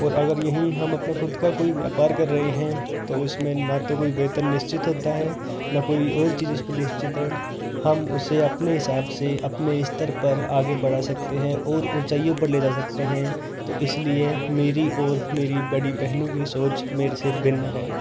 और अगर यही हम अपना खुद का कोई व्यापार कर रहे हैं तो उसमें न तो कोई वेतन निश्चित होता है न कोई और चीज़ इस पर निश्चित है हम उसे अपने हिसाब से अपने स्तर पर आगे बढ़ा सकते हैं और ऊँचाइयों पर ले जा सकते हैं तो इसीलिए मेरी और मेरी बड़ी बहनों की सोच मेरे से भिन्न है